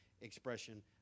expression